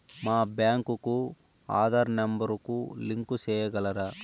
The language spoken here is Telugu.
మా బ్యాంకు కు ఆధార్ నెంబర్ కు లింకు సేయగలరా?